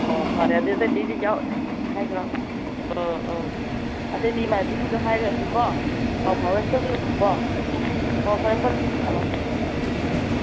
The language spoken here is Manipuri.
ꯑꯣ ꯐꯔꯦ ꯑꯗꯨ ꯑꯇꯩ ꯑꯇꯩꯗꯤ ꯍꯥꯏꯈ꯭ꯔꯣ ꯎꯝ ꯎꯝ ꯑꯇꯩ ꯑꯇꯩ ꯏꯃꯥꯅꯕꯤꯁꯤꯡꯗꯣ ꯍꯥꯏꯈ꯭ꯔꯁꯤꯀꯣ ꯄꯥꯎ ꯐꯥꯎꯔ ꯁꯣꯏꯔꯣꯏꯁꯤꯀꯣ ꯎꯝ ꯑꯣ ꯐꯔꯦ ꯐꯔꯦ ꯊꯝꯃꯃꯣ ꯊꯝꯃꯣ ꯎꯝ